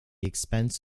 expense